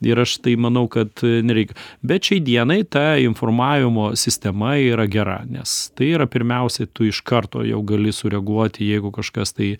ir aš tai manau kad nereik bet šiai dienai ta informavimo sistema yra gera nes tai yra pirmiausia tu iš karto jau gali sureaguoti jeigu kažkas tai